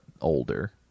older